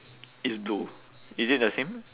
is blue is it the same